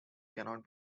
cannot